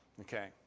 Okay